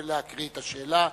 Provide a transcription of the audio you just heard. ולקרוא את השאלה.